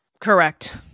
Correct